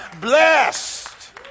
blessed